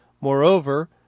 Moreover